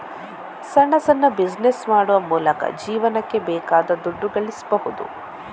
ಸಣ್ಣ ಸಣ್ಣ ಬಿಸಿನೆಸ್ ಮಾಡುವ ಮೂಲಕ ಜೀವನಕ್ಕೆ ಬೇಕಾದ ದುಡ್ಡು ಗಳಿಸ್ಬಹುದು